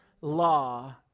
law